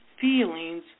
feelings